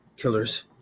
killers